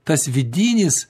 tas vidinis